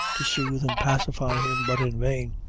to soothe and pacify him but in vain.